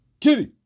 Kitty